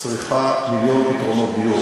צריכה מיליון פתרונות דיור,